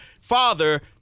father